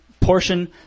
portion